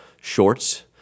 shorts